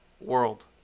world